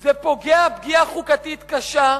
זה פוגע פגיעה חוקתית קשה,